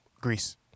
Greece